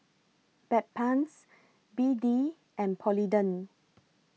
Bedpans B D and Polident